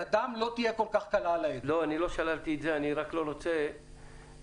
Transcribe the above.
ידם לא תהיה כל כך קלה על ההדק.